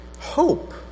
hope